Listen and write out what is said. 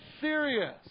serious